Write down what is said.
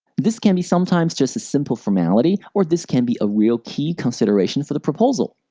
this can be sometimes just a simple formality or this can be a real key consideration for the proposal.